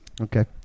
okay